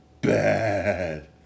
bad